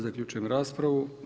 Zaključujem raspravu.